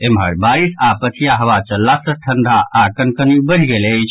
एम्हर बारिश आओर पछिया हवा चलला सॅ ठंडा आओर कनकनी बढ़ि गेल अछि